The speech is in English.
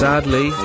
Sadly